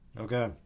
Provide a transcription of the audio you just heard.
Okay